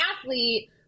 athlete